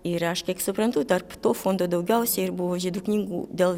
ir aš kiek suprantu tarp tų fondų daugiausiai ir buvo žydų knygų dėl